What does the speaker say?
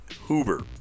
Hoover